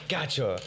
Gotcha